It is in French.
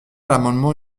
l’amendement